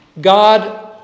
God